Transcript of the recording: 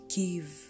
give